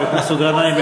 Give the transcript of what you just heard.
חבר הכנסת גנאים,